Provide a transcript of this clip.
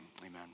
amen